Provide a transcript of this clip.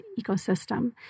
ecosystem